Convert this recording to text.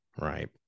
right